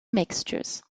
mixtures